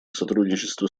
сотрудничество